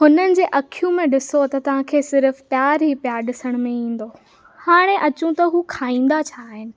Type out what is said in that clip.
हुननि जे अखियूं में ॾिसो त तव्हां खे सिर्फ़ु प्यारु ई प्यारु ॾिसण में ईंदो हाणे अचूं त हू खाईंदा छा आहिनि